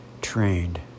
trained